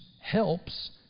helps